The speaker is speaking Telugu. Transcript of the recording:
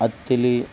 అత్తిలి